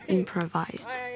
improvised